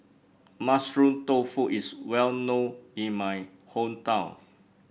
Mushroom Tofu is well known in my hometown